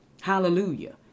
Hallelujah